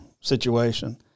situation